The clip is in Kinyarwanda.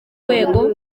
rwego